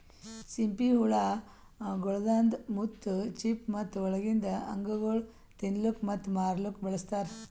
ಸಿಂಪಿ ಹುಳ ಗೊಳ್ದಾಂದ್ ಮುತ್ತು, ಚಿಪ್ಪು ಮತ್ತ ಒಳಗಿಂದ್ ಅಂಗಗೊಳ್ ತಿನ್ನಲುಕ್ ಮತ್ತ ಮಾರ್ಲೂಕ್ ಬಳಸ್ತಾರ್